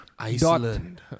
Iceland